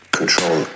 Control